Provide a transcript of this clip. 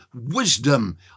wisdom